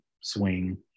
swing